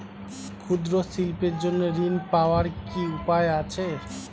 ক্ষুদ্র শিল্পের জন্য ঋণ পাওয়ার কি উপায় আছে?